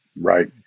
right